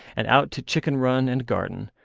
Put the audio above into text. and out to chicken-run and garden,